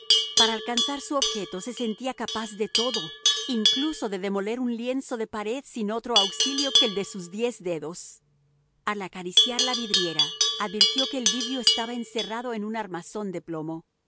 para alcanzar su objeto se sentía capaz de todo incluso de demoler un lienzo de pared sin otro auxilio que el de sus diez dedos al acariciar la vidriera advirtió que el vidrio estaba encerrado en un armazón de plomo